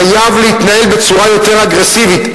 חייב להתנהל בצורה יותר אגרסיבית.